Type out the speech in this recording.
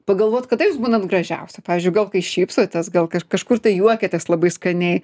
pagalvot kada jūs būnat gražiausia pavyzdžiui gal kai šypsotės gal kažkur tai juokiatės labai skaniai